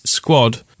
squad